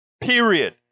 Period